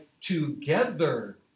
together